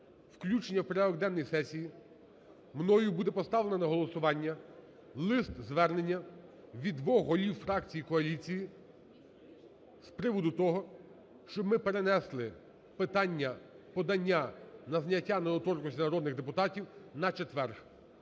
включення в порядок денний сесії мною буде поставлено на голосування лист-звернення від двох голів фракцій коаліції з приводу того, щоб ми перенесли питання подання на зняття недоторканності з народних депутатів на четвер,